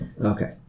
okay